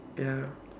ya